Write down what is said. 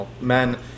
Men